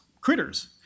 critters